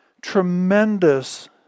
tremendous